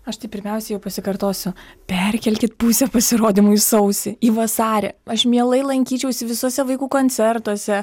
aš tai pirmiausia jau pasikartosiu perkelkit pusę pasirodymų į sausį į vasarį aš mielai lankyčiausi visuose vaikų koncertuose